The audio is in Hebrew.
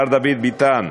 מר דוד ביטן?